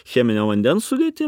cheminio vandens sudėtį